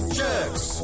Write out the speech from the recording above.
jerks